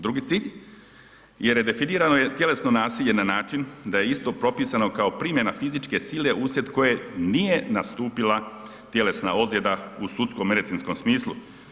Drugi cilj je redefinirano je tjelesno nasilje na način da je isto propisano kao primjena fizičke sile uslijed koje nije nastupila tjelesna ozljeda u sudsko-medicinskom smislu.